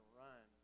run